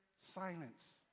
silence